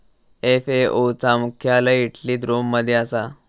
FAO चा मुख्यालय इटलीत रोम मध्ये असा